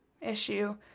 issue